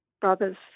brothers